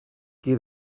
qui